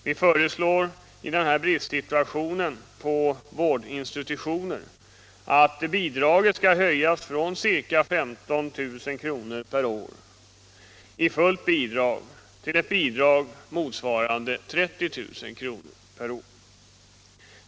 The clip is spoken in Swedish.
Vi föreslår i den situation som råder med brist på vårdinstitutioner en höjning från ca 15 000 kr. per år i fullt bidrag till 30 000 kr.